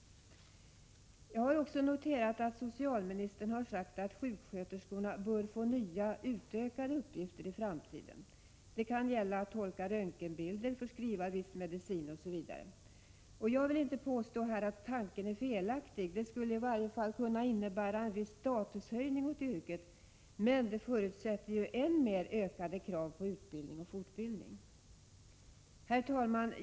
Jag har också noterat att socialministern har sagt att sjuksköterskorna bör få nya och utökade uppgifter i framtiden. Det kan gälla att tolka röntgenbilder, förskriva viss medicin osv. Jag vill inte här påstå att tanken är felaktig — det skulle i varje fall kunna innebära en viss statushöjning av yrket — men det förutsätter ju än mer ökade krav på utbildning och fortbildning. Herr talman!